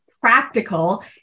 practical